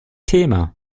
thema